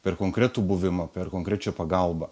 per konkretų buvimą per konkrečią pagalbą